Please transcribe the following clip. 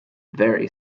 very